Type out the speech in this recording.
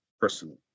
personally